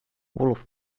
wolf